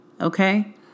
okay